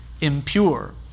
impure